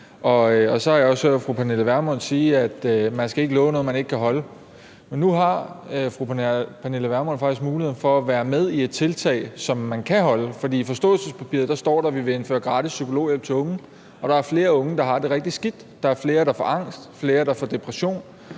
Så har jeg også hørt fru Pernille Vermund sige, at man ikke skal love noget, man ikke kan holde. Men nu har fru Pernille Vermund faktisk muligheden for at være med i et tiltag, som man kan holde, for i forståelsespapiret står der, at vi vil indføre gratis psykologhjælp til unge, og der er flere unge, der har det rigtig skidt; der er flere, der får angst, flere, der får depression.